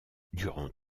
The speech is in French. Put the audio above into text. durant